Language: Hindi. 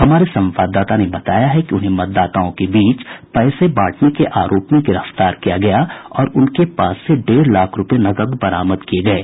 हमारे संवाददाता ने बताया है कि उन्हें मतदाताओं के बीच पैसे बांटने के आरोप में गिरफ्तार किया गया और उनके पास से डेढ़ लाख रूपये बरामद भी किये गये